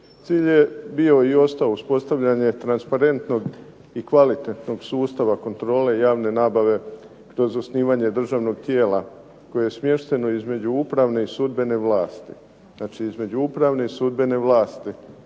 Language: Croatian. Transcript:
Cilj je bio i ostao uspostavljanje transparentnog i kvalitetnog sustava kontrole javne nabave kroz osnivanje državnog tijela koje je smješteno između upravne i sudbene vlasti.